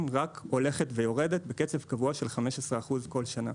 רק הולכת ויורדת בקצב קבוע של 15% כל שנה.